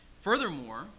Furthermore